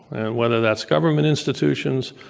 whether that's government institutions,